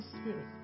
Spirit